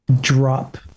drop